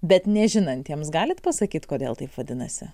bet nežinantiems galit pasakyt kodėl taip vadinasi